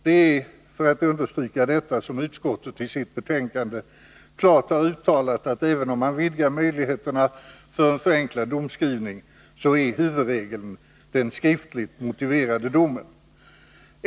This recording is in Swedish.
Det är för att understryka detta som utskottet i sitt betänkande klart har uttalat att även om man vidgar möjligheterna till förenklad domskrivning är huvudregeln den skriftligt motiverade domen.